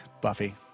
Buffy